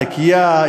נקייה,